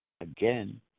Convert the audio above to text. Again